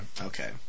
Okay